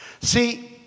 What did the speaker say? see